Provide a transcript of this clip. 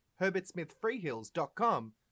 herbertsmithfreehills.com